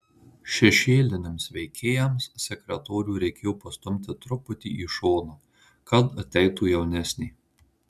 šešėliniams veikėjams sekretorių reikėjo pastumti truputį į šoną kad ateitų jaunesnė